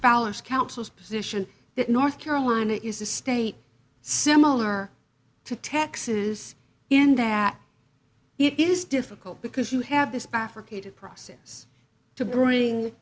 balanced council's position that north carolina is a state similar to texas in that it is difficult because you have this buffer creative process to bring